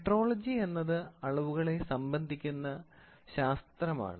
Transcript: metrology എന്നത് അളവുകളെ സംബന്ധിക്കുന്ന ശാസ്ത്രമാണ്